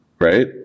right